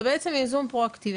זה בעצם ייזום פרואקטיבי,